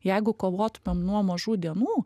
jeigu kovotumėm nuo mažų dienų